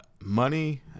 Money